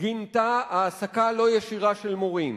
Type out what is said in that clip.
גינתה העסקה לא ישירה של מורים.